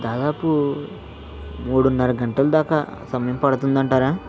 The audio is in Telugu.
దాదాపూ మూడున్నర గంటల దాకా సమయం పడుతుందంటారా